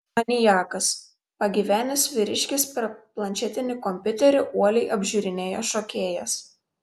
maniakas pagyvenęs vyriškis per planšetinį kompiuterį uoliai apžiūrinėjo šokėjas